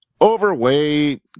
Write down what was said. overweight